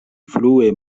frue